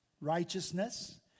righteousness